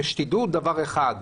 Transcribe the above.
ותדעו דבר אחד,